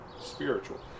spiritual